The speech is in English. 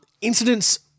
Incidents